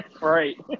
Right